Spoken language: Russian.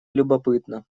любопытно